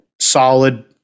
solid